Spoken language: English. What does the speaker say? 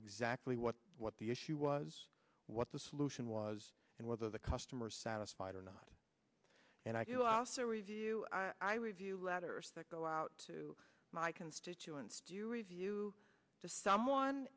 exactly what what the issue was what the solution was and whether the customer satisfied or not and i do also review i review letters that go out to my constituents do you review to someone